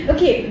Okay